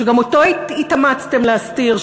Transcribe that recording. שגם אותו התאמצתם להסתיר,